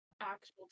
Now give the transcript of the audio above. actual